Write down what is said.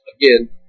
again